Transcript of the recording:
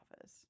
office